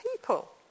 people